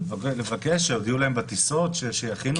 לבקש שיודיעו להם בטיסות, שיכינו אותם.